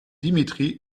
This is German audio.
dimitri